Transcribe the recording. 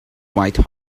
white